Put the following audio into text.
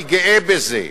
אני גאה בזה.